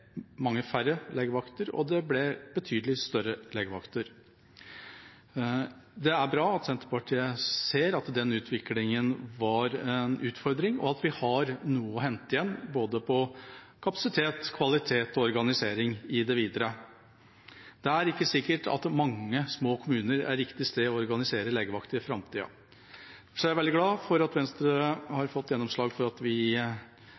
mange færre og betydelig større legevakter. Det er bra at Senterpartiet ser at den utviklingen var en utfordring, og at vi har noe å hente igjen, på både kapasitet, kvalitet og organisering i det videre. Det er ikke sikkert at mange små kommuner er riktig sted for å organisere legevakter i framtida. Så er jeg veldig glad for at Venstre har